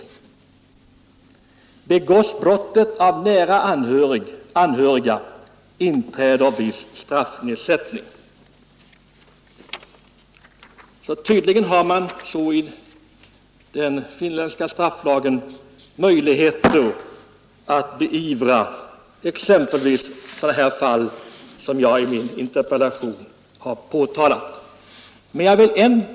Begås brottet av nära anhöriga inträder viss straffnedsättning. Tydligen ger den finländska strafflagen möjligheter att beivra exempelvis sådana här fall som jag i min interpellation har påtalat.